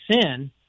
sin